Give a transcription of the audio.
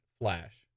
Flash